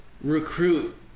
recruit